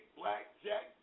blackjack